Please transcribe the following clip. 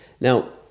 Now